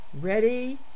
Ready